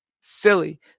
silly